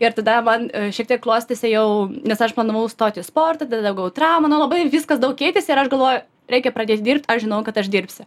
ir tada man šiek tiek klostėsi jau nes aš planavau stoti į sportą tada gavau tramą nu labai viskas daug keitėsi ir aš galvoju reikia pradėt dirbt aš žinau kad aš dirbsiu